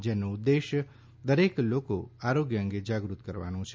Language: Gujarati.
જેનો ઉદ્દેશ દરેક લોકો આરોગ્ય અંગે જાગૃત કરવાનો છે